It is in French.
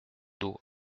d’eau